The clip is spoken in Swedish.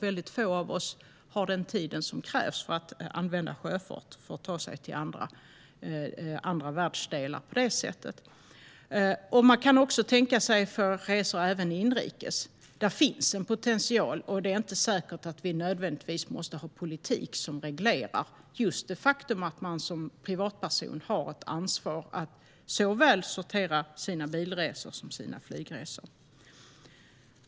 Väldigt få av oss har den tid som krävs för att använda sjöfart för att ta sig till andra världsdelar. Man kan tänka på resor inrikes. Där finns en potential. Det är inte säkert att vi måste ha politik som reglerar just det faktum att man som privatperson har ett ansvar att sortera såväl sina bilresor som sina flygresor.